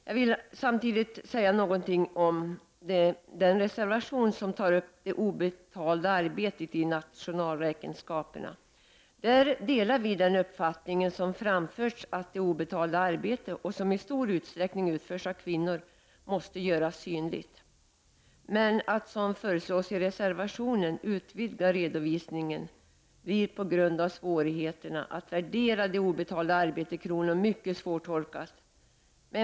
Jag vill samtidigt säga någonting om den reservation som tar upp det obetalda arbetet i nationalräkenskaperna. Vi i majoriteten delar den uppfattning som har framförts, att det obetalda arbetet — som i stor utsträckning utförs av kvinnor — måste göras synligt. Men att, som föreslås i reservationen, utvidga redovisningen blir på grund av svårigheterna att värdera det obetalda arbetet i kronor mycket svårtolkat.